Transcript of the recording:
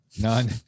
None